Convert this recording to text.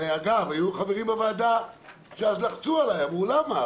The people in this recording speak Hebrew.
ואגב, היו חברים בוועדה שלחצו עליי אז, אמרו: למה?